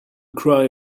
cry